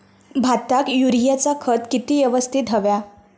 भाताक युरियाचा खत किती यवस्तित हव्या?